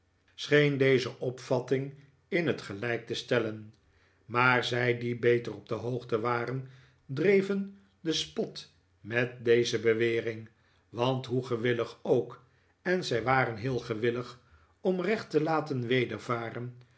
scheen deze opvatting in het gelijk te stellen maar zij die beter op de hoogte waren dreven den spot met deze bewering want hoe gewillig ook en zij waren heel gewillig om recht te laten wedervaren